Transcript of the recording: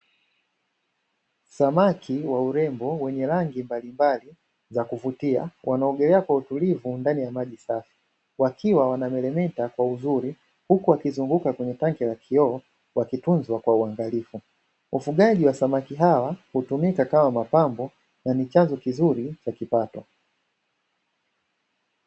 Samaki wa urembo wenye rangi mbalimbali za kuvutia, wanaogelea kwa utulivu ndani ya maji safi, wakiwa wanameremeta kwa uzuri, huku wakizungukwa kwenye tangi la kioo wakitunzwa kwa uangalifu. Ufugaji wa samaki hawa hutumika kama mapambo na ni chanzo kizuri cha kipato.